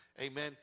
Amen